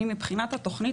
מבחינת התוכנית,